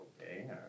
Okay